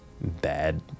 bad